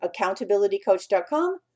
accountabilitycoach.com